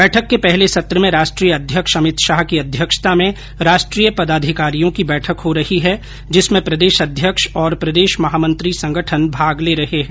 बैठक के पहले सत्र में राष्ट्रीय अध्यक्ष अमित शाह की अध्यक्षता में राष्ट्रीय पदाधिकारियों की बैठक हो रही है जिसमें प्रदेश अध्यक्ष और प्रदेश महामंत्री संगठन भाग ले रहे है